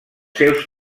seus